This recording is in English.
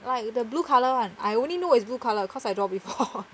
like the blue colour [one] I only know it's blue colour because I draw before